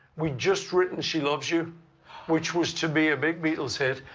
we'd just written she loves you which was to be a big beatles hit.